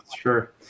Sure